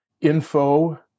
info